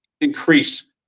increase